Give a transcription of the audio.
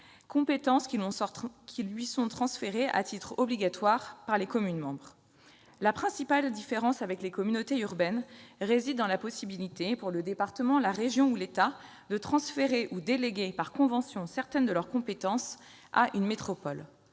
compétences qui leur sont transférées à titre obligatoire par leurs communes membres. La principale différence avec les communautés urbaines réside dans la possibilité pour le département, la région ou l'État de transférer ou de déléguer par convention certaines de leurs compétences à la métropole.